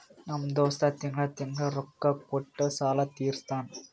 ನಮ್ ದೋಸ್ತ ತಿಂಗಳಾ ತಿಂಗಳಾ ರೊಕ್ಕಾ ಕೊಟ್ಟಿ ಸಾಲ ತೀರಸ್ತಾನ್